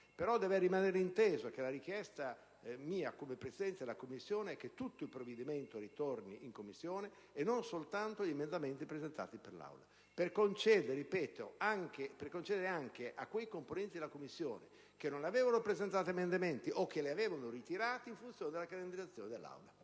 però, deve rimanere inteso che la mia richiesta, come Presidente della Commissione, è che tutto il provvedimento torni in Commissione e non soltanto gli emendamenti presentati in Aula: ciò al fine di consentire anche a quei componenti della Commissione che non avevano presentato emendamenti, o che li avevano ritirati in funzione della calendarizzazione dell'Aula,